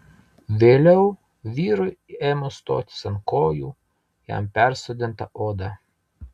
vėliau vyrui ėmus stotis ant kojų jam persodinta oda